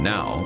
Now